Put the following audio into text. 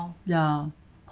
yeah